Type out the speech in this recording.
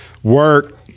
work